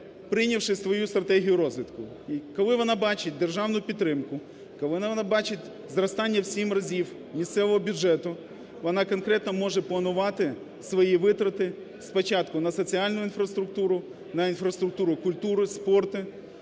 прийнявши свою стратегію розвитку, коли вона бачить державну підтримку, коли вона бачить зростання в 7 разів місцевого бюджету, вона конкретно може планувати свої витрати спочатку на соціальну інфраструктуру, на інфраструктуру культури, спорту,